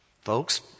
Folks